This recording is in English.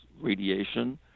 radiation